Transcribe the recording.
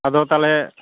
ᱟᱫᱚ ᱛᱟᱦᱚᱞᱮ